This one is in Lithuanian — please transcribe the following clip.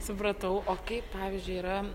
supratau o kaip pavyzdžiui yra